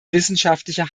wissenschaftliche